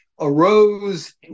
arose